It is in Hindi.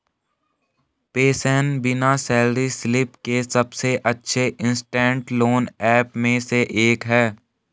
पेसेंस बिना सैलरी स्लिप के सबसे अच्छे इंस्टेंट लोन ऐप में से एक है